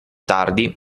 tardi